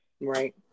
right